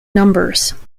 numbers